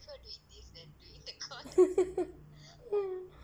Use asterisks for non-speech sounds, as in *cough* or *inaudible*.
*laughs*